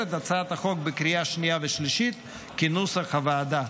את הצעת החוק בקריאה שנייה ושלישית כנוסח הוועדה.